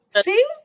See